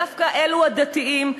דווקא אלו הדתיים,